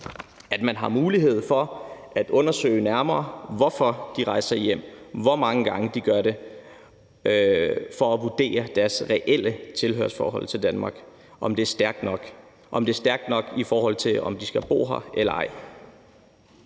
at man har mulighed for at undersøge nærmere, hvorfor de rejser hjem, og hvor mange gange de gør det, med henblik på at vurdere deres reelle tilhørsforhold til Danmark, altså om det er stærkt nok, i forhold til om de skal bo her eller ej.